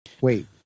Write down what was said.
Wait